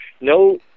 no